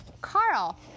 Carl